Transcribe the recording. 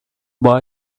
boy